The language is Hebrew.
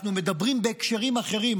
אנחנו מדברים בהקשרים אחרים,